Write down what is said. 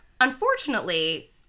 Unfortunately